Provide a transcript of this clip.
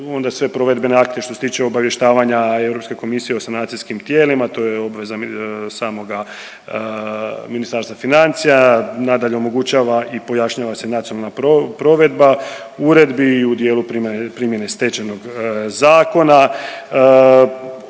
onda sve provedbene akte što se tiče obavještavanja Europske komisije o sanacijskim tijelima to je obveza samoga Ministarstva financija. Nadalje, omogućava i pojašnjava se nacionalna provedba uredbi i u dijelu primjene stečajnog zakona.